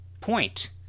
point